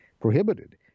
prohibited